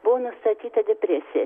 buvo nustatyta depresija